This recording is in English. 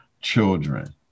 children